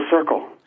circle